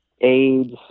AIDS